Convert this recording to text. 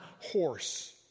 horse